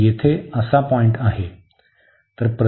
तर येथे असा पॉईंट आहे